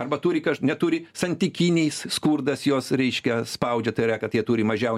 arba turi kas neturi santykinis skurdas jos reiškis spaudžia tai yra kad jie turi mažiau